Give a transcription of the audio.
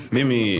Mimi